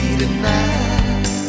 tonight